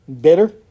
bitter